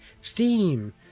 Steam